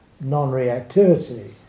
non-reactivity